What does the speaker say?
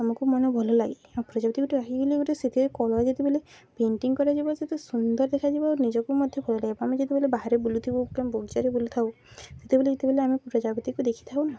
ଆମକୁ ମନ ଭଲ ଲାଗେ ଆଉ ପ୍ରଜାପତି ଗୋଟେ ଆଇଗିଲେ ଗୋଟେ ସେଥିରେ କଳା ଯେତେବେଲେ ପେଣ୍ଟିଙ୍ଗ କରାଯିବ ସେତେ ସୁନ୍ଦର ଦେଖାଯିବ ଆଉ ନିଜକୁ ମଧ୍ୟ ଭଲ ଲାଗେ ଆମେ ଯେତେବେଲେ ବାହାରେ ବୁଲୁଥିବୁ କିମ୍ବା ବଜାରରେ ବୁଲିଥାଉ ସେତେବେଲେ ଯେତେବେଲେ ଆମେ ପ୍ରଜାପତିକୁ ଦେଖିଥାଉ ନା